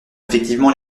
effectivement